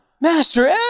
Master